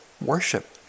worship